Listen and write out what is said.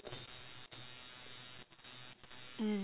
mm